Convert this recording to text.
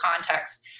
context